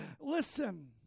Listen